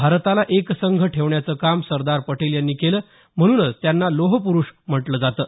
भारताला एकसंघ ठेवण्याचं काम सरदार पटेल यांनी केलं म्हणूनच त्यांना लोहपुरुष म्हटले जातं